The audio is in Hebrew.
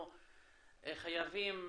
אנחנו חייבים